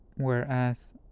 Whereas